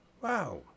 Wow